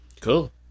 cool